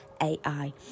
AI